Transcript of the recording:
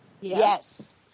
Yes